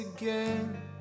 Again